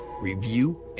review